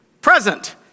Present